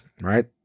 right